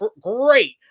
Great